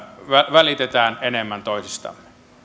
välitetään enemmän toisistamme